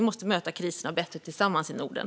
Vi måste möta kriserna bättre tillsammans i Norden.